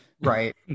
Right